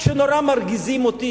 כשמאוד מרגיזים אותי,